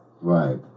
Right